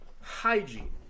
hygiene